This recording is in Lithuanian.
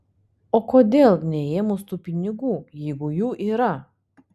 o kodėl neėmus tų pinigų jeigu jų yra